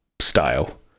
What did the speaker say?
style